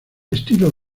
estilo